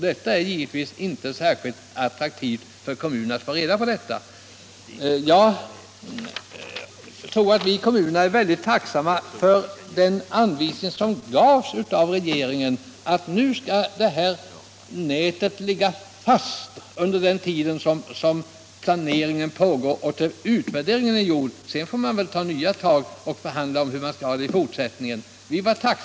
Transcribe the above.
Det är givetvis inte särskilt attraktivt för kommunerna. Vi i kommunerna är tacksamma för den anvisning regeringen lämnat om att trafiknätet skall ligga fast under den tid planeringen pågår och tills utvärderingen har gjorts. Sedan får man ta nya tag och förhandla om hur man skall ha det i fortsättningen.